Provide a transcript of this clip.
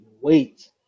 wait